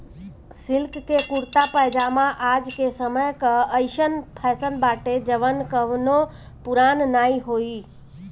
silk के कुरता पायजामा आज के समय कअ अइसन फैशन बाटे जवन कबो पुरान नाइ होई